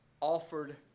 offered